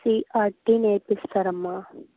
CRT నేర్పిస్తారు అమ్మ